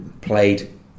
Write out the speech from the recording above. played